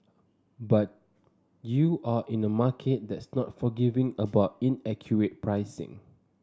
but you're in the market that's not forgiving about inaccurate pricing